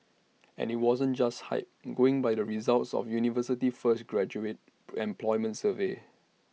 and IT wasn't just hype going by the results of the university's first graduate employment survey